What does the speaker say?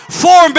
four